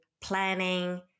planning